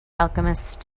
alchemist